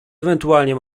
ewentualnie